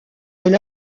elle